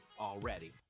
already